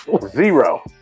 Zero